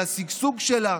על השגשוג שלה?